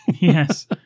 Yes